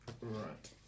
Right